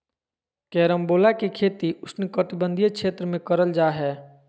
carambola के खेती उष्णकटिबंधीय क्षेत्र में करल जा हय